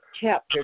chapter